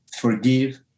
forgive